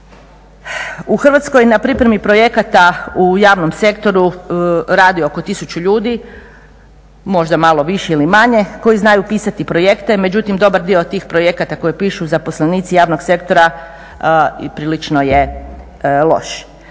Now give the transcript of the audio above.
U Hrvatskoj na pripremi projekata u javnom sektoru radi oko 1000 ljudi, možda malo više ili manje koji znaju pisati projekte. Međutim, dobar dio tih projekata koje pišu zaposlenici javnog sektora prilično je loš.